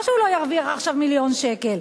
זה לא שהוא לא ירוויח עכשיו מיליון שקלים,